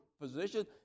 position